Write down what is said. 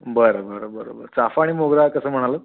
बरं बरं बरं बरं चाफा आणि मोगरा कसं म्हणालं